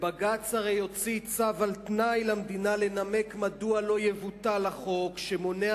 בג"ץ הרי יוציא צו על תנאי למדינה לנמק מדוע לא יבוטל החוק שמונע